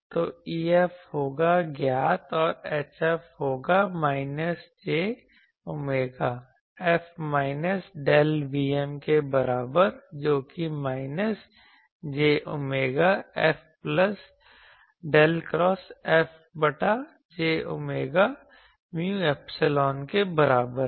तो EF होगा ज्ञात और HF होगा minus j omega F minus del Vm के बराबर जोकि minus j omega F plus del cross F बटा j ओमेगा mu ऐपसीलोन के बराबर है